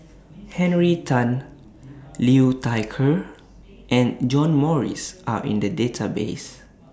Henry Tan Liu Thai Ker and John Morrice Are in The Database